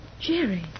Jerry